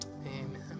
Amen